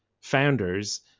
founders